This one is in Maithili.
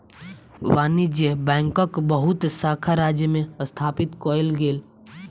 वाणिज्य बैंकक बहुत शाखा राज्य में स्थापित कएल गेल